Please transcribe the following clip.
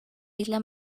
isla